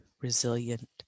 resilient